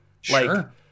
Sure